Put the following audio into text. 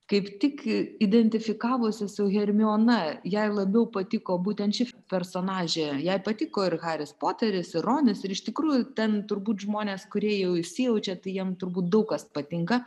kaip tik identifikavosi su hermiona jai labiau patiko būtent ši personažė jai patiko ir haris poteris ir ronis ir iš tikrųjų ten turbūt žmonės kurie jau įsijaučia tai jiem turbūt daug kas patinka